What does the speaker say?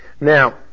Now